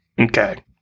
Okay